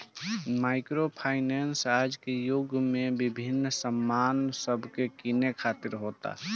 micro finance आज के युग में विभिन्न सामान सब के किने खातिर होता